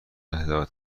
هدایت